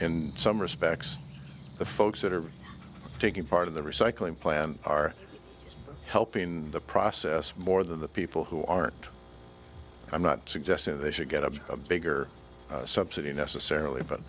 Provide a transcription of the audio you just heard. in some respects the folks that are taking part of the recycling plan are helping the process more than the people who aren't i'm not suggesting that they should get a bigger subsidy necessarily but